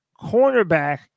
cornerback